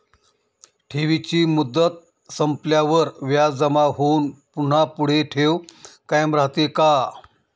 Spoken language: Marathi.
ठेवीची मुदत संपल्यावर व्याज जमा होऊन पुन्हा पुढे ठेव कायम राहते का?